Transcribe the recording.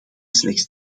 slechts